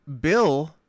Bill –